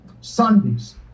Sundays